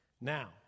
now